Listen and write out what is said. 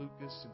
Lucas